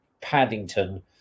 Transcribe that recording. Paddington